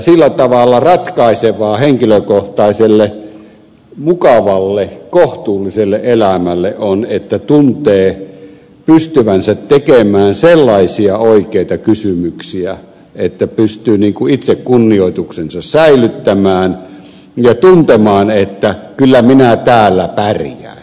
sillä tavalla ratkaisevaa henkilökohtaiselle mukavalle kohtuulliselle elämälle on että tuntee pystyvänsä tekemään sellaisia oikeita kysymyksiä että pystyy itsekunnioituksensa säilyttämään ja tuntemaan että kyllä minä täällä pärjään